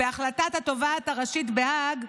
בהחלטת התובעת הראשית בהאג,